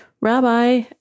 Rabbi